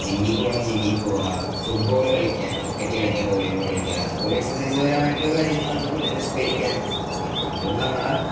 Jimmy പോകുന്നെങ്കിൽ ജിമ്മി പോകുക ഫുട്ബോള് കളിക്കുക ക്രിക്കറ്റ് കളിക്കുക വോളിബോള് കളിക്കുക അതൊക്കെ ഒരു എക്സർസൈസ് പരമായിട്ടുള്ള കാര്യങ്ങളാണ് പിന്നെ നിസ്കരിക്കുക നിസ്കാരം നിസ്കരിക്കുമ്പോഴും നമ്മുടെ